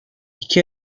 i̇ki